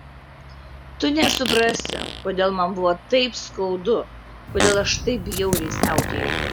tu nesuprasi kodėl man buvo taip skaudu kodėl aš taip bjauriai siautėjau